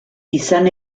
izan